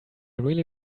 really